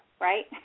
right